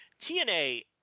TNA